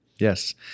Yes